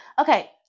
Okay